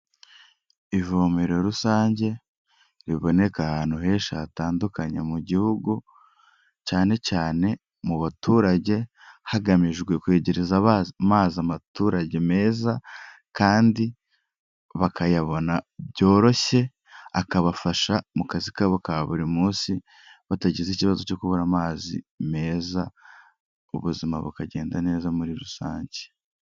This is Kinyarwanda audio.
Ivomero rusange, riboneka ahantu henshi hatandukanye mu gihugu, cyane cyane mu baturage, hagamijwe kwegereza amazi abaturage meza kandi bakayabona byoroshye, akabafasha mu kazi kabo ka buri munsi, batagize ikibazo cyo kubura amazi meza, ubuzima bwabo bukagenda neza muri rusange.